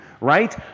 right